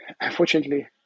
unfortunately